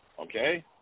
Okay